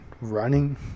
running